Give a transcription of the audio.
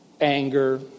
Anger